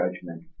judgment